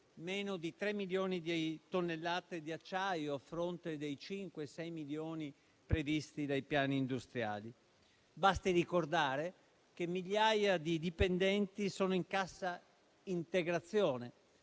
meno di 3 milioni di tonnellate di acciaio, a fronte dei 5-6 milioni previsti dai piani industriali. Basti ricordare che migliaia di dipendenti sono in cassa integrazione.